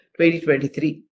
2023